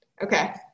Okay